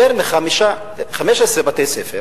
יותר מ-15 בתי-ספר